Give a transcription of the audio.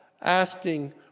asking